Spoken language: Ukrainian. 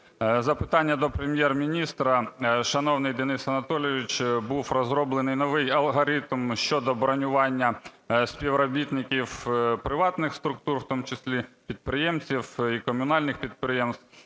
Запитання до Прем’єр-міністра. Шановний Денис Анатолійович, був розроблений новий алгоритм щодо бронювання співробітників приватних структур в тому числі, підприємців і комунальних підприємств.